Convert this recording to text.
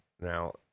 now